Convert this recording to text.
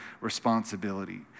responsibility